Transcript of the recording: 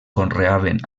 conreaven